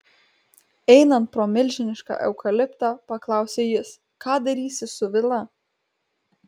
einant pro milžinišką eukaliptą paklausė jis ką darysi su vila